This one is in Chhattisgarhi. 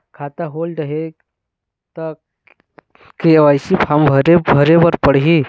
खाता होल्ड हे ता के.वाई.सी फार्म भरे भरे बर पड़ही?